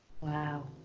wow